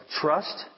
trust